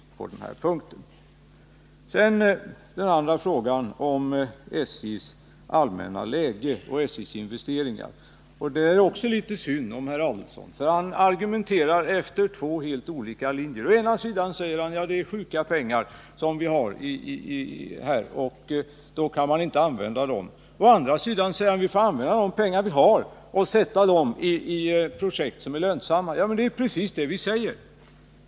När det gäller den andra frågan, om SJ:s allmänna läge och SJ:s investeringar, är det också litet synd om herr Adelsohn. Han argumenterar efter två helt olika linjer. Å ena sidan: detta är sjuka pengar och då kan man inte använda dem. Å andra sidan: vi får använda de pengar vi har och sätta dem i projekt som är lönsamma. Men det är ju precis det vi säger.